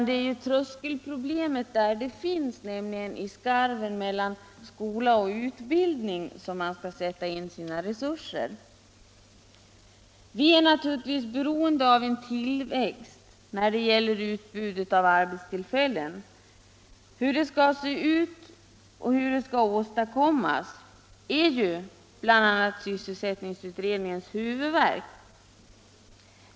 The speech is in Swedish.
Det är på tröskelproblemet där det finns, nämligen i skarven mellan skola och vidareutbildning, som man skall sätta in sina resurser. Vi är naturligtvis beroende av tillväxt när det gäller utbudet av arbetstillfällen. Hur den skall se ut och hur den skall åstadkommas är bl.a. sysselsättningsutredningens huvudvärk.